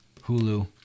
Hulu